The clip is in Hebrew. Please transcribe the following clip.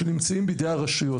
שנמצאים בידי הרשויות.